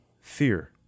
Fear